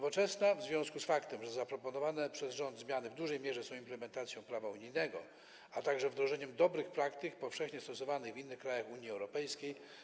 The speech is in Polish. W związku z faktem, że zaproponowane przez rząd zmiany w dużej mierze są implementacją prawa unijnego, a także wdrożeniem dobrych praktyk powszechnie stosowanych w innych krajach Unii Europejskiej,